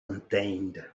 contained